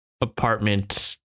apartment